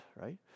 right